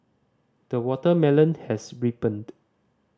the watermelon has ripened